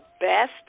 best